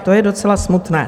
To je docela smutné.